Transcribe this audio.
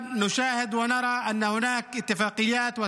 נעמה לזימי, 15 דקות לרשותך.